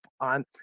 on